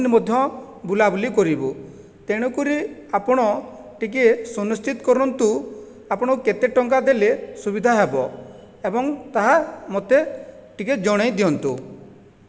ତାହା ଦଶଦିନ ମଧ୍ୟ ବୁଲାବୁଲି କରିବୁ ତେଣୁକରି ଆପଣ ଟିକେ ସୁନିଶ୍ଚିତ କରନ୍ତୁ ଆପଣ କେତେ ଟଙ୍କା ଦେଲେ ସୁବିଧା ହେବ ଏବଂ ତାହା ମୋତେ ଟିକେ ଜଣେଇ ଦିଅନ୍ତୁ